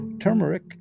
turmeric